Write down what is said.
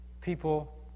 people